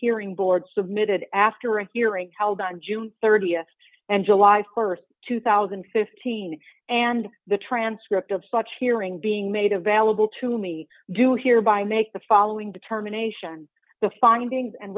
hearing board submitted after a hearing held on june th and july st two thousand and fifteen and the transcript of such hearing being made available to me do hereby make the following determination the findings and